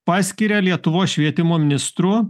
paskiria lietuvos švietimo ministru